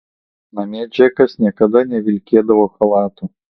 namie džekas niekada nevilkėdavo chalato